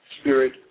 spirit